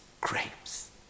grapes